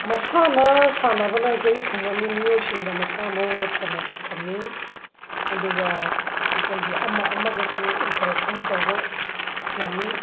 ꯃꯁꯥꯟꯅ ꯁꯥꯟꯅꯕꯅ ꯑꯩꯈꯣꯏꯒꯤ ꯈꯨꯡꯒꯪꯒꯤ ꯃꯤꯑꯣꯏꯁꯤꯡꯗ ꯃꯁꯥ ꯃꯉꯣꯟꯗ ꯐꯅ ꯊꯝꯃꯤ ꯑꯗꯨꯒ ꯑꯩꯈꯣꯏꯒꯤ ꯑꯃ ꯑꯃꯒꯁꯨ ꯏꯟꯇꯔꯦꯛꯁꯟ ꯇꯧꯕ ꯉꯝꯃꯤ